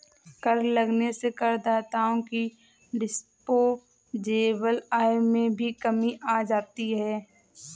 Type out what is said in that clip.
कर लगने से करदाताओं की डिस्पोजेबल आय में भी कमी आ जाती है